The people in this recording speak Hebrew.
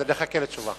אז נחכה לתשובה.